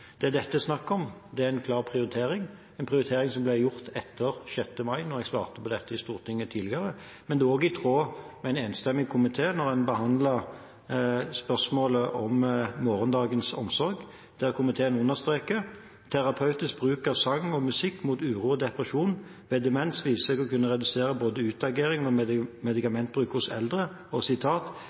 Det er dette det er snakk om. Det er en klar prioritering – en prioritering som ble gjort etter 6. mai, da jeg svarte på dette i Stortinget. Det er også i tråd med det en enstemmig komité sa da man behandlet spørsmålet om morgendagens omsorg. Der understreket komiteen at «terapeutisk bruk av sang og musikk mot uro og depresjon ved demens viser seg å kunne redusere både utagering og medikamentbruk hos eldre.» Og: